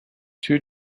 two